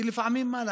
כי לפעמים, מה לעשות,